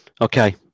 okay